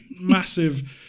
massive